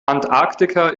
antarktika